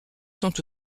sont